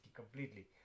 completely